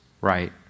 right